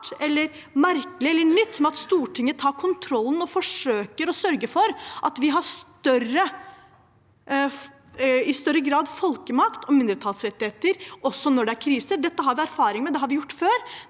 merkelig eller nytt med at Stortinget tar kontrollen og forsøker å sørge for at vi i større grad har folkemakt og mindretallsrettigheter også når det er krise. Dette har vi erfaring med, det har vi gjort før.